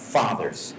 fathers